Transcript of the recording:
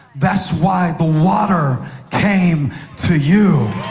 that's why the water came to you.